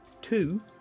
two